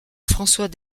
françois